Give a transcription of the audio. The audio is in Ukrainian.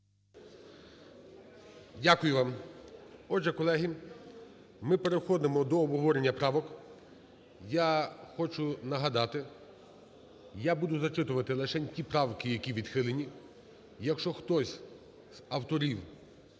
Дякую вам. Отже, колеги, ми переходимо до обговорення правок. Я хочу нагадати, я буду зачитувати лишень ті правки, які відхилені. Якщо хтось з авторів